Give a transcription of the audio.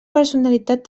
personalitat